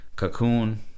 cocoon